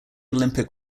olympic